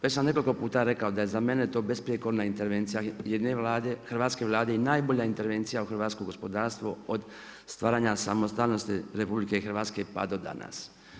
Već sam nekoliko puta rekao, da je za mene to besprijekorna intervencija, jedne Vlade, hrvatske Vlade i najbolja intervencija u hrvatsko gospodarstvo, od stavanja samostalnosti RH pa do danas.